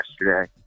yesterday